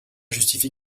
justifie